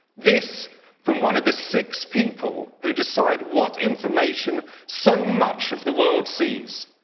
this from one of the six people who decide what information so much of the world sees.